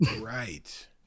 Right